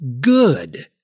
good